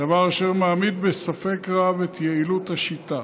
דבר אשר מעמיד בספק רב את יעילות השיטה.